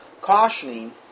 cautioning